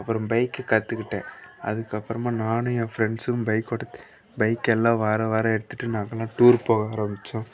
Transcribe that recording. அப்புறம் பைக்கு கற்றுக்கிட்டேன் அதுக்கப்புறமா நானும் என் ஃப்ரெண்ட்ஸும் பைக் ஓட்ட பைக்கெல்லாம் வார வாரம் எடுத்துட்டு நாங்கெல்லாம் டூர் போக ஆரம்மிச்சோம்